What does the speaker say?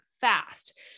fast